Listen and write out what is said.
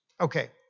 Okay